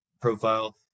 profile